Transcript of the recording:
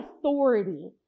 authority